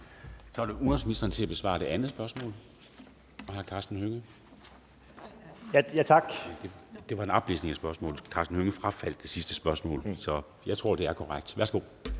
Så er det udenrigsministeren til at besvare det andet spørgsmål fra hr. Karsten Hønge. Det var en oplæsning af spørgsmålet. Hr. Karsten Hønge frafaldt det sidste spørgsmål. Så jeg tror, det er korrekt. Værsgo.